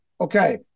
Okay